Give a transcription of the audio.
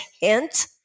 hint